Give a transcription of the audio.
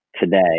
today